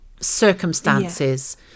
circumstances